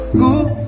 good